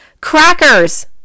Crackers